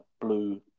Blue